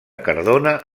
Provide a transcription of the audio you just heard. cardona